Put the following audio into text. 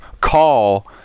Call